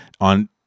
On